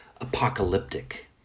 apocalyptic